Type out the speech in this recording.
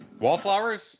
Wallflowers